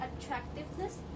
attractiveness